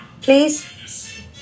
Please